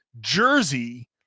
Jersey